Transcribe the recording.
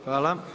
Hvala.